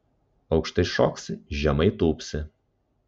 aukštai šoksi žemai tūpsi